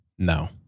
No